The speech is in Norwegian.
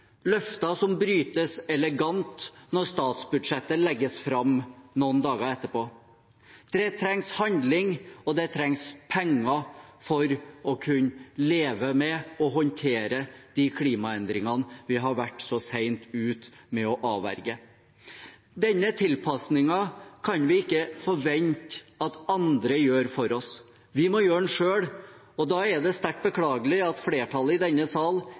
løfter som elegant ble brutt da statsbudsjettet ble lagt fram noen dager etterpå. Det trengs handling, og det trengs penger for å kunne leve med og håndtere de klimaendringene som vi har vært så sent ute med å avverge. Denne tilpasningen kan vi ikke forvente at andre gjør for oss. Vi må gjøre den selv, og da er det sterkt beklagelig at flertallet i denne sal